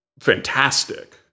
fantastic